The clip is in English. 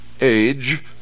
age